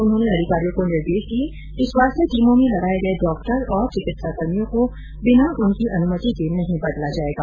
उन्होंने अधिकारियों को निर्देश दिए कि स्वास्थ्य टीमों में लगाए गए डॉक्टर और चिंकित्साकर्मियों को बिना उनकी अनुमति के नहीं बदला जाएगा